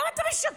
למה אתה משקר?